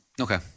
Okay